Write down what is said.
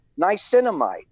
niacinamide